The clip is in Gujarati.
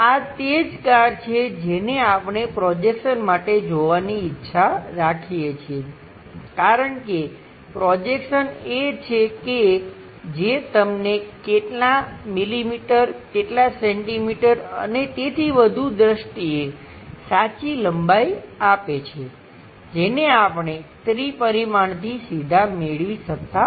આ તે જ કાર છે જેને આપણે પ્રોજેક્શન માટે જોવાની ઈચ્છા રાખીએ છીએ કારણ કે પ્રોજેક્શન એ છે કે જે તમને કેટલા મિલીમીટર કેટલા સેન્ટિમીટર અને તેથી વધુ દ્રષ્ટિએ સાચી લંબાઈ આપે છે જેને આપણે ત્રિ પરિમાણથી સીધા મેળવી શકતા નથી